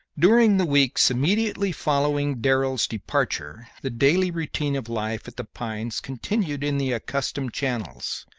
during the weeks immediately following darrell's departure the daily routine of life at the pines continued in the accustomed channels,